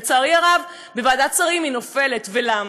ולצערי הרב, בוועדת שרים היא נופלת, ולמה?